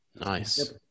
Nice